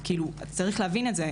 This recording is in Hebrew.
צריך להבין את זה.